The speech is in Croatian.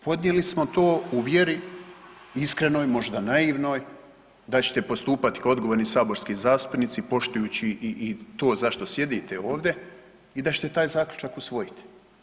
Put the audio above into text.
Podnijeli smo to u vjeri iskrenoj, možda naivnoj da ćete postupati kao odgovorni saborski zastupnici poštujući i to zašto sjedite ovdje i da ćete taj zaključak usvojiti.